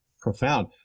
profound